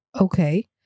Okay